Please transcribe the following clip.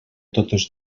totes